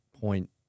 point